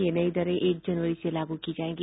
ये नई दरे एक जनवरी से लागू की जायेंगी